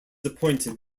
appointed